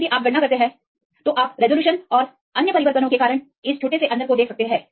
लेकिन अगर आप अभी गणना करते हैं तो आप रेजोल्यूशनस और अन्य परिवर्तनों के कारण इस छोटे से अंतर को देख सकते हैं